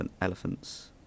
elephants